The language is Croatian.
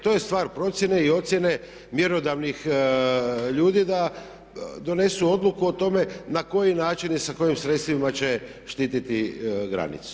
To je stvar procjene i ocjene mjerodavnih ljudi da donesu odluku o tome na koji način i sa kojim sredstvima će štiti granicu.